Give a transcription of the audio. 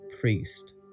priest